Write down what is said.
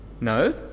No